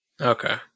Okay